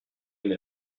une